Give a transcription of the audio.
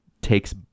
takes